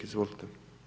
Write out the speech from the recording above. Izvolite.